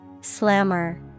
slammer